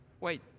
wait